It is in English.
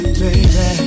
baby